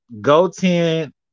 Goten